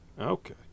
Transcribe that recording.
Okay